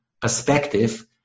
perspective